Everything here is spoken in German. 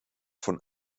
von